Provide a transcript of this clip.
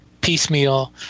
piecemeal